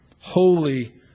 Holy